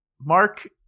Mark